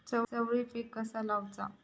चवळी पीक कसा लावचा?